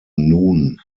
nun